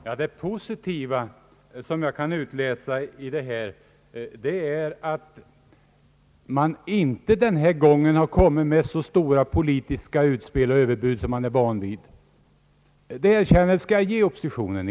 Herr talman! En som jag ser det positiv sak är att man från oppositionens sida den här gången inte har kommit med så stora politiska utspel och överbud som vi är vana vid att man gör från det hållet. Det erkännandet skall jag ge oppositionen.